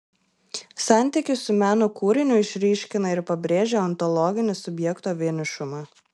santykis su meno kūriniu išryškina ir pabrėžia ontologinį subjekto vienišumą